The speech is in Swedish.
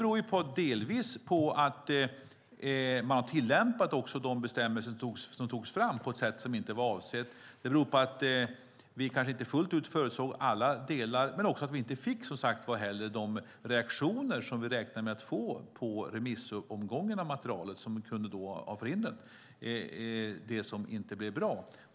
Problemet har delvis varit att man tillämpat de bestämmelser som togs fram på ett sätt som inte var avsett. Vi kanske inte fullt ut förutsåg alla delar, och vi fick inte heller de reaktioner som vi räknade med att få under remissomgången av materialet, vilket kunde ha förhindrat sådant som inte blev bra.